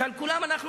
שעל כולם אנחנו,